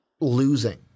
losing